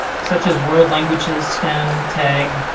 such as world languages, stem, tag,